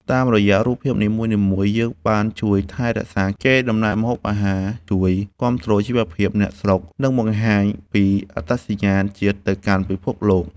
តាមរយៈរូបភាពនីមួយៗ យើងបានជួយថែរក្សាកេរដំណែលម្ហូបអាហារ ជួយគាំទ្រជីវភាពអ្នកស្រុក និងបង្ហាញពីអត្តសញ្ញាណជាតិទៅកាន់ពិភពលោក។